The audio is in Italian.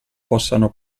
possano